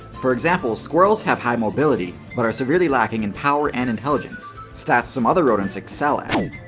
for example, squirrels have high mobility but are severely lacking in power and intelligence stats some other rodents excel at.